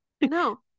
No